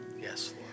Yes